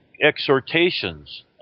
exhortations